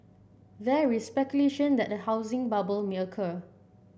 there is speculation that a housing bubble may occur